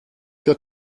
der